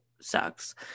sucks